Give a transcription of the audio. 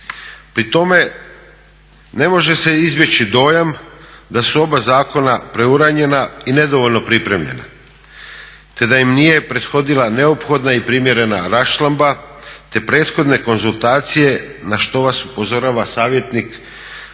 Pri tome ne može se izbjeći dojam da su oba zakona preuranjena i nedovoljno pripremljena, te da im nije prethodila neophodna i primjerena raščlamba, te prethodne konzultacije na što vas upozorava savjetnik